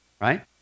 right